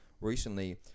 recently